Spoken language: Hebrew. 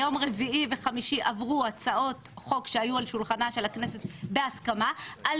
ביום רביעי וחמישי עברו הצעות חוק שהיו על שולחנה של הכנסת בהסכמה על